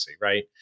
Right